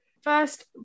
First